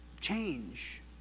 change